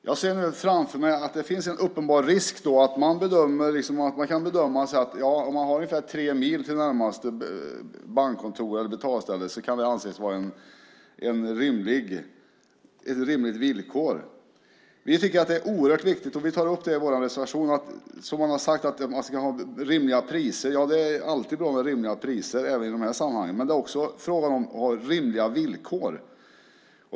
Jag ser framför mig att det finns en uppenbar risk för att man kan bedöma att ungefär tre mil till närmaste bankkontor eller betalställe kan anses vara ett rimligt villkor. Vi tycker att det är oerhört viktigt, och vi tar upp det i vår reservation, att det, som man har sagt, ska vara rimliga priser. Det är alltid bra med rimliga priser även i de här sammanhangen. Men det är också fråga om att ha rimliga villkor.